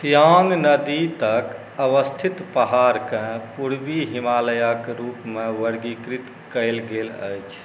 सियांग नदी तक अवस्थित पहाड़के पूर्वी हिमालयक रूपमे वर्गीकृत कयल गेल अछि